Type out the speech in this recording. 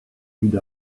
dud